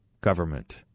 government